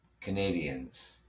Canadians